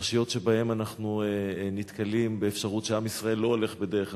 פרשיות שבהן אנחנו נתקלים באפשרות שעם ישראל לא הולך בדרך ה'.